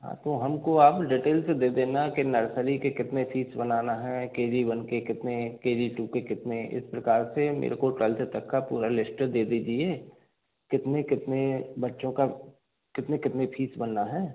हाँ तो हमको आप डिटेल्स दे देना कि नर्सरी के कितने फीस बनाना है के जी वन के कितने के जी टू के कितने इस प्रकार से मेरे को कल से तक का पूरा लिस्ट दे दीजिए कितने कितने बच्चों का कितनी कितनी फीस बनना है